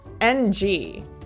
NG